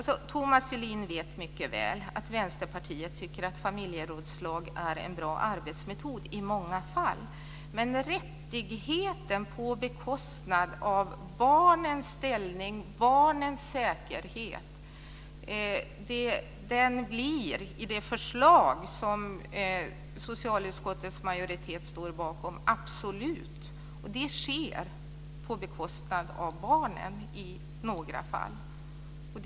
Thomas Julin vet mycket väl att Vänsterpartiet tycker att familjerådslag är en bra arbetsmetod i många fall. I det förslag som socialutskottets majoritet står bakom blir den rättigheten absolut. Det sker i några fall på bekostnad av barnens ställning och säkerhet.